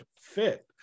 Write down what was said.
fit